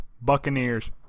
Buccaneers